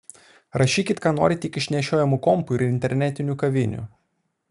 rašykit ką norit tik iš nešiojamų kompų ir internetinių kavinių